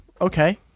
okay